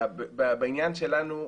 בעניין שלנו,